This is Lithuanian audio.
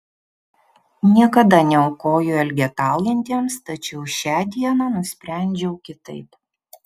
niekada neaukoju elgetaujantiems tačiau šią dieną nusprendžiau kitaip